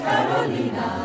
Carolina